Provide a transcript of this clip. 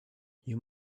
you